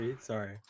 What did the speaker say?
sorry